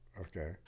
Okay